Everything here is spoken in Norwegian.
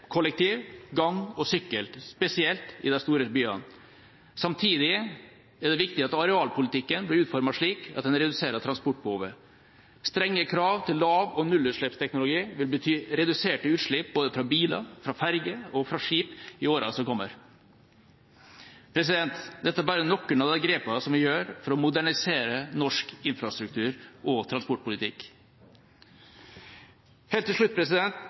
kollektiv, gang og sykkel, spesielt i de store byene. Samtidig er det viktig at arealpolitikken blir utformet slik at den reduserer transportbehovet. Strenge krav til lav- og nullutslippsteknologi vil bety reduserte utslipp både fra biler, fra ferger og fra skip i åra som kommer. Dette er bare noen av de grepene som vi gjør for å modernisere norsk infrastruktur- og transportpolitikk. Helt til slutt: